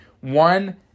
one